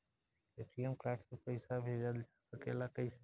ATM card से पइसा भेजल जा सकेला कइसे?